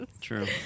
true